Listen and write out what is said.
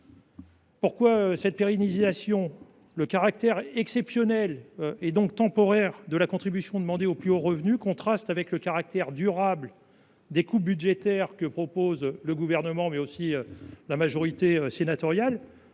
publique sont immenses. Le caractère exceptionnel, et donc temporaire, de la contribution demandée aux plus hauts revenus contraste avec le caractère durable des coupes budgétaires que proposent le Gouvernement, mais aussi la majorité sénatoriale,